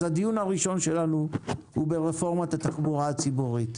אז הדיון הראשון שלנו הוא ברפורמת התחבורה הציבורית.